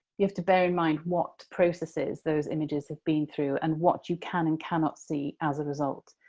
you have to bear in mind what processes those images have been through and what you can and cannot see as a result.